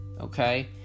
okay